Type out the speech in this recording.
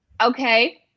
Okay